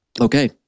Okay